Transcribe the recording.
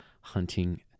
hunting